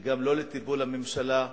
וגם לא לטיפול הממשלה.